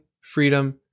freedom